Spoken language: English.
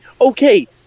okay